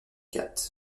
quatre